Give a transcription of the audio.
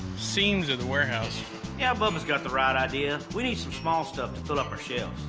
seams of the warehouse. yeah, bubba's got the right idea. we need some small stuff to fill up our shelves.